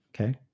Okay